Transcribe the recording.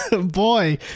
Boy